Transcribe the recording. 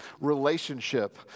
relationship